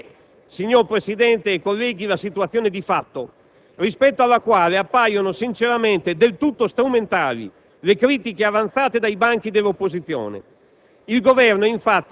Questa è, signor Presidente, colleghi, la situazione di fatto, rispetto alla quale appaiono sinceramente del tutto strumentali le critiche avanzate dai banchi dell'opposizione.